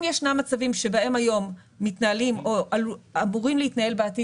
אם ישנם מצבים שבהם היום מתנהלים או אמורים להתנהל בעתיד